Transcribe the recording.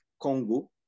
Congo